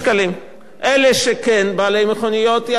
ואלה שהם בעלי מכוניות ירוויחו 11 שקל.